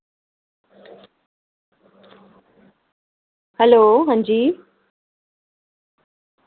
hello हांजी